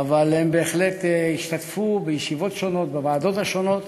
אבל הם בהחלט השתתפו בישיבות שונות בוועדות השונות.